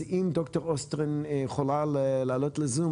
אז אם ד"ר אסטרין יכולה לעלות לזום,